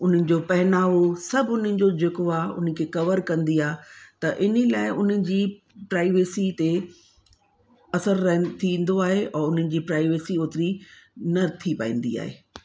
उन्हनि जो पहनावो सभु अन्हनि जो जेको आहे उन खे कवर कंदी आहे त इन लाइ उन जी प्राइवेसी ते असरु रह थींदो आहे और उन्हनि जी प्राइवेसी ओतिरी न थी पाईंदी आहे